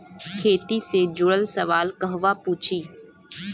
खेती से जुड़ल सवाल कहवा पूछी?